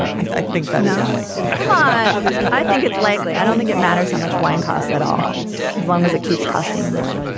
and i think that's unlikely. but i think it's likely. i don't think it matters how much wine costs at all. as long as it keeps costing more.